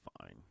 fine